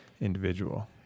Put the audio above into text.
individual